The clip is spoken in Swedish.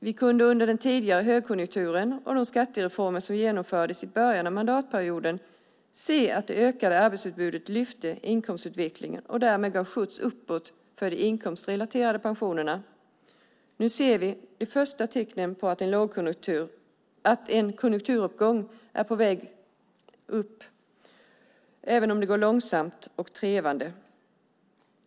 Vi kunde under den tidigare högkonjunkturen och de skattereformer som genomfördes i början av mandatperioden se att det ökade arbetsutbudet lyfte inkomstutvecklingen och därmed gav skjuts uppåt för de inkomstrelaterade pensionerna. Nu ser vi de första tecknen på att en konjunkturuppgång är på väg, även om det går långsamt och trevande.